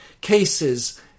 cases